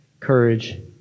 courage